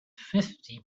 fifty